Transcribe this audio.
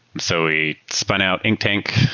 so we spun out inktank.